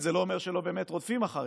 זה לא אומר שלא באמת רודפים אחריך,